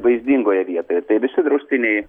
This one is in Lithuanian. vaizdingoje vietoje tai visi draustiniai